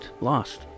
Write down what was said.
Lost